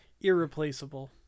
irreplaceable